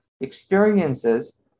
experiences